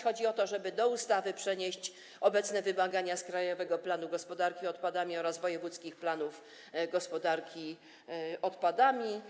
Chodzi o to, żeby do ustawy przenieść obecne wymagania z krajowego planu gospodarki odpadami oraz wojewódzkich planów gospodarki odpadami.